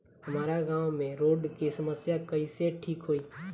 हमारा गाँव मे रोड के समस्या कइसे ठीक होई?